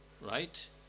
right